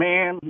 Man